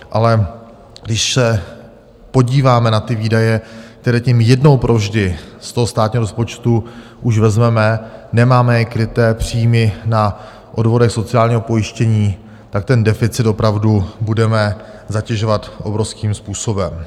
Ale když se podíváme na ty výdaje, které tím jednou provždy z toho státního rozpočtu už vezmeme, nemáme je kryté příjmy na odvodech sociálního pojištění, tak ten deficit opravdu budeme zatěžovat obrovským způsobem.